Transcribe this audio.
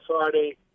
Friday